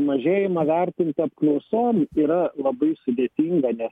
mažėjimą vertinti apklausom yra labai sudėtinga nes